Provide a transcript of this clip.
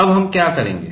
अब हम क्या करेंगे